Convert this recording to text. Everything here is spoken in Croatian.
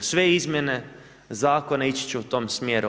Sve izmjene zakona ići će u tom smjeru.